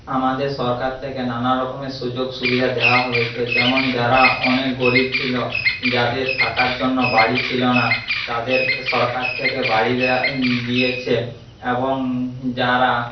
আমাদের সরকার থেকে নানা রকমের সুযোগ সুবিধা দেওয়া হয়েছে যেমন যারা অনেক গরীব ছিল যাদের থাকার জন্য বাড়ি ছিল না তাদেরকে সরকার থেকে বাড়ি দেওয়া দিয়েছে এবং যারা